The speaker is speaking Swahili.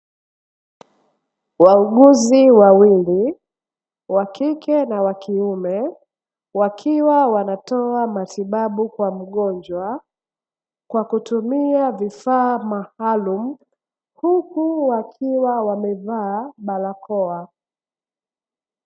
Wauguzi wawili, (wa kike na wa kiume), wakiwa wanatoa matibabu kwa mgonjwa, kwa kutumia vifaa maalumu, huku wakiwa wamevaa barakoa.